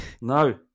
No